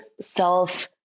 self